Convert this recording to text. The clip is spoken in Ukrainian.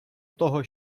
того